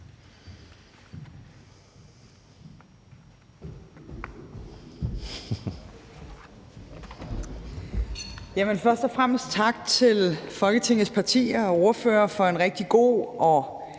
tak til Folketingets partier og ordførere for en rigtig god og